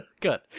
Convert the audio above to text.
Good